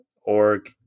org